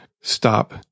stop